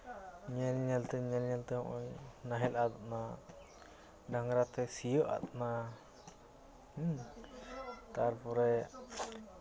ᱧᱮᱞ ᱧᱮᱞ ᱛᱮ ᱦᱚᱸᱜᱼᱚᱭ ᱱᱟᱦᱮᱞ ᱟᱫ ᱮᱱᱟ ᱰᱟᱝᱨᱟᱛᱮ ᱥᱤᱭᱳᱜ ᱟᱫ ᱮᱱᱟ ᱦᱩᱸ ᱛᱟᱨᱯᱚᱨᱮ